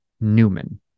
Newman